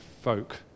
folk